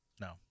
no